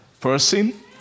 person